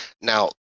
now